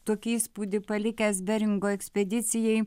tokį įspūdį palikęs beringo ekspedicijai